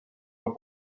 del